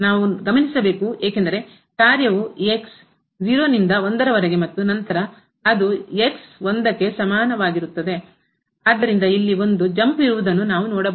ನಾವು ಗಮನಿಸಬೇಕು ಏಕೆಂದರೆ ಕಾರ್ಯವು 0 ನಿಂದ 1 ರವರೆಗೆ ಮತ್ತು ನಂತರ ಅದು 1 ಕ್ಕೆ ಸಮನಾಗಿರುತ್ತದೆ ಆದ್ದರಿಂದ ಇಲ್ಲಿ ಒಂದು ಜಂಪ್ ಇರುವುದನ್ನು ನಾವು ನೋಡಬಹುದು